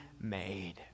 made